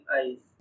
eyes